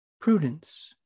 Prudence